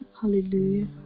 Hallelujah